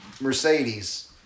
Mercedes